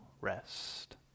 rest